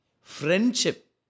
Friendship